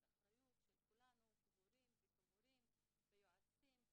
אחריות של כולנו כהורים וכמורים ויועצים.